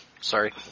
Sorry